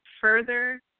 further